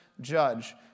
judge